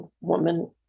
woman